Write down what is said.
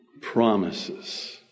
promises